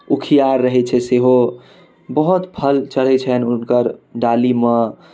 उखिआर रहै छै सेहो बहुत फल चढ़ै छनि हुनकर डालीमे